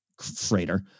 freighter